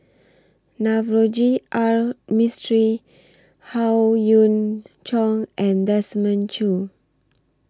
Navroji R Mistri Howe Yoon Chong and Desmond Choo